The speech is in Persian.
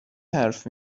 حرف